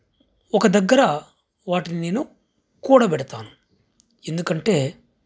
ఒక దగ్గర వాటిని నేను కూడబెడతాను ఎందుకంటే